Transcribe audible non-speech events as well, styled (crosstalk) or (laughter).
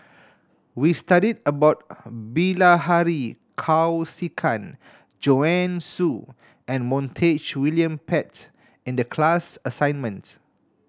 we studied about (noise) Bilahari Kausikan Joanne Soo and Montague William Pett in the class assignment